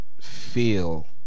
feel